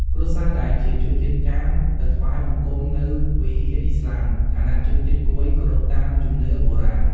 គ្រួសារដែលជាជនជាតិចាមទៅថ្វាយបង្គំនៅវិហារអ៊ីស្លាម ខណៈជនជាតិកួយគោរពតាមជំនឿបុរាណ។